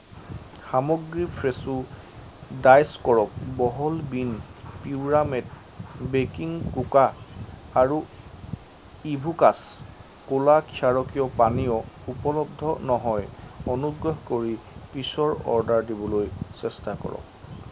সামগ্ৰী ফ্ৰেছো ডাইচ কৰক বহল বীন পিউৰামেট বেকিং কোকা আৰু ইভোকাছ ক'লা ক্ষাৰকীয় পানীয় উপলব্ধ নহয় অনুগ্ৰহ কৰি পিছত অৰ্ডাৰ দিবলৈ চেষ্টা কৰক